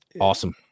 Awesome